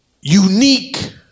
Unique